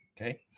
Okay